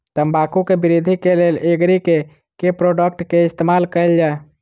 तम्बाकू केँ वृद्धि केँ लेल एग्री केँ के प्रोडक्ट केँ इस्तेमाल कैल जाय?